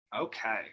okay